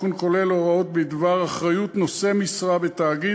תיקון כולל להוראות בדבר אחריות נושא משרה בתאגיד